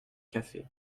café